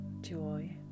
joy